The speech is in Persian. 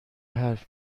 حرف